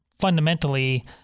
fundamentally